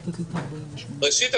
ראשית,